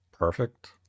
perfect